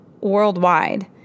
worldwide